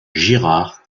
girard